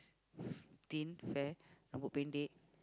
thin fair rambut pendek